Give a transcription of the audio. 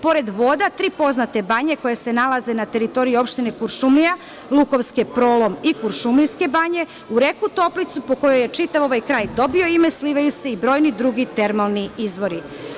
Pored voda tri poznate banje koje se nalaze na teritoriji opštine Kuršumlija, Lukovske, Prolom i Kuršumlijske banje, u reku Toplicu, po kojoj je čitav ovaj kraj dobio ime, slivaju se i brojni drugi termalni izvori.